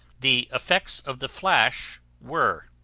the effects of the flash were,